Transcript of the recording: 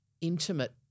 Intimate